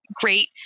great